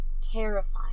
terrifying